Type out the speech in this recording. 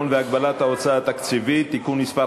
והגבלת ההוצאה התקציבית (תיקון מס'